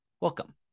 welcome